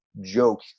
joke